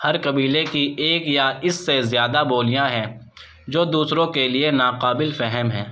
ہر قبیلے کی ایک یا اس سے زیادہ بولیاں ہیں جو دوسروں کے لیے ناقابل فہم ہیں